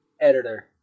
editor